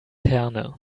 herne